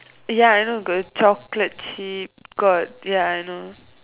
ya I know got chocolate chip got ya I know